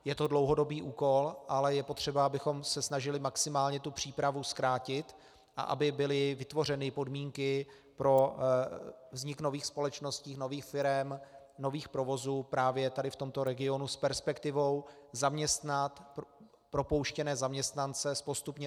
Je to dlouhodobý úkol, ale je potřeba, abychom se snažili maximálně tu přípravu zkrátit a aby byly vytvořeny podmínky pro vznik nových společností, nových firem, nových provozů právě tady v tomto regionu s perspektivou zaměstnat propouštěné zaměstnance z postupně utlumovaného OKD.